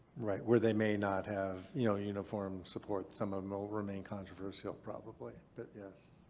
right, where they may not have, you know, uniform support. some of them will remain controversial probably, but yes.